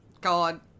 God